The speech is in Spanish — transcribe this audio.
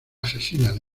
asesinan